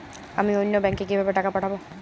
আমি অন্য ব্যাংকে কিভাবে টাকা পাঠাব?